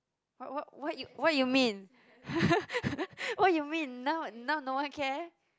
what what what you what you mean what you mean now now no one care